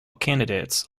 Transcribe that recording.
candidates